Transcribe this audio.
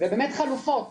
ובאמת חלופות.